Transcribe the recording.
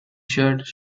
shirts